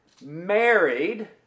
married